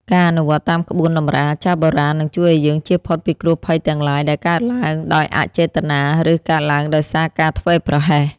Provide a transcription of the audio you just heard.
ការអនុវត្តតាមក្បួនតម្រាចាស់បុរាណនឹងជួយឱ្យយើងជៀសផុតពីគ្រោះភ័យទាំងឡាយដែលកើតឡើងដោយអចេតនា ឬ កើតឡើងដោយសារការធ្វេសប្រហែស។